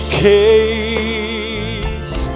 case